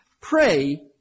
pray